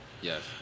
Yes